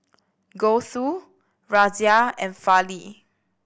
Gouthu Razia and Fali